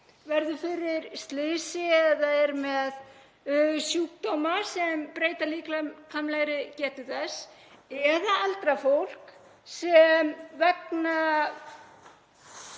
verður fyrir slysi eða er með sjúkdóma sem breyta líkamlegri getu þess, eða eldra fólk, sem vegna